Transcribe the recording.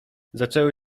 zaczęły